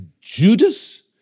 Judas